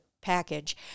package